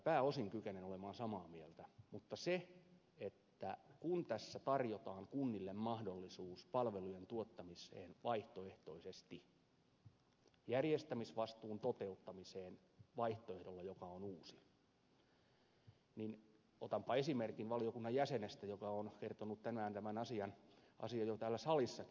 pääosin kykenen olemaan samaa mieltä mutta kun tässä tarjotaan kunnille mahdollisuus palvelujen tuottamiseen vaihtoehtoisesti järjestämisvastuun toteuttamiseen vaihtoehdolla joka on uusi niin otanpa esimerkin valiokunnan jäsenestä joka on kertonut tänään tämän asian jo täällä salissakin